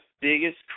biggest